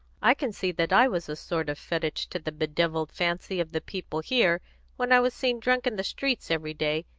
i can see that i was a sort of fetich to the bedevilled fancy of the people here when i was seen drunk in the streets every day,